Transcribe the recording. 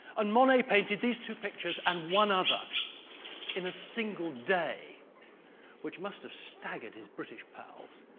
and monet painted these two pictures and one other in a single day which must've staggered his british pals.